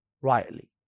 rightly